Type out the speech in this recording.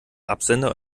absender